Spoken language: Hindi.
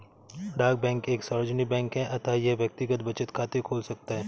डाक बैंक एक सार्वजनिक बैंक है अतः यह व्यक्तिगत बचत खाते खोल सकता है